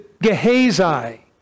Gehazi